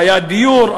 בעיית דיור,